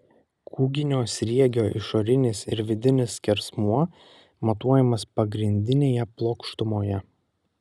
kūginio sriegio išorinis ir vidinis skersmuo matuojamas pagrindinėje plokštumoje